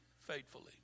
faithfully